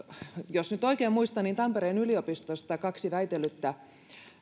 jos nyt oikein muistan tampereen yliopistosta kaksi väitellyttä